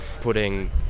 putting